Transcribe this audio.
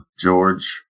George